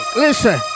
listen